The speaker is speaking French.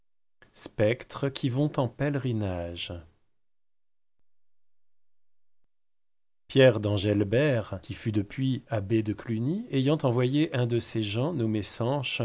spectres qui vont en pélerinage pierre d'engelbert qui fut depuis abbé de cluni ayant envoyé un de ses gens